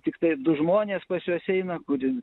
tiktai du žmonės pas juos eina kurie